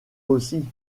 aussi